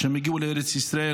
כשהם הגיעו לארץ ישראל,